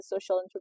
social